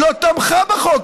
לא תמכה בו,